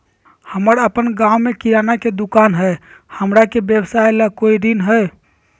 हमर अपन गांव में किराना के दुकान हई, हमरा के व्यवसाय ला कोई ऋण हई?